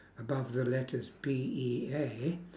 above the the letters P E A